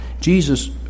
Jesus